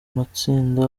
matsinda